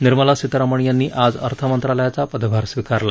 निर्मला सीतारामन यांनी आज अर्थमंत्रालयाचा पदभार स्वीकारला